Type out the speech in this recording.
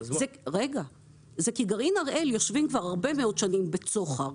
זה כי גרעין הראל יושבים כבר הרבה מאוד שנים בצוחר,